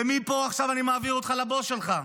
ומפה אני מעביר אותך עכשיו לבוס שלך,